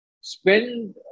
spend